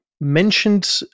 mentioned